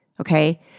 Okay